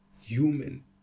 human